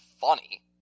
funny